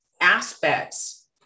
aspects